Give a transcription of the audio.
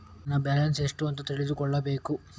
ನನ್ನ ಬ್ಯಾಲೆನ್ಸ್ ಎಷ್ಟು ಅಂತ ತಿಳಿದುಕೊಳ್ಳಬೇಕು?